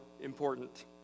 important